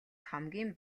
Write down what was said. хамгийн